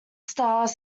stars